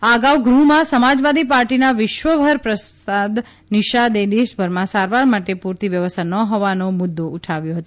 આ અગાઉ ગૃહમાં સમાજવાદી પાર્ટીના વિશ્વંભર પ્રસાદ નિશાદે દેશમાં સારવાર માટે પૂરતી વ્યવસ્થા ન હોવાનો મુદ્દો ઉઠાવ્યો હતો